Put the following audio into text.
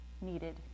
needed